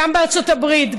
גם בארצות הברית,